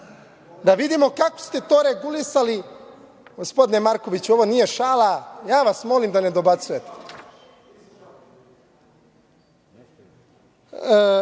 Da vidimo kako ste to regulisali…Gospodine Markoviću, ovo nije šala, ja vas molim da ne dobacujete. Ovako